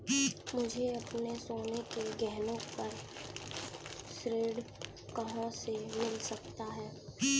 मुझे अपने सोने के गहनों पर ऋण कहाँ से मिल सकता है?